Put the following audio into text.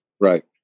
Right